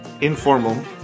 Informal